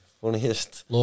Funniest